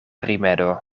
rimedo